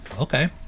Okay